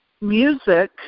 Music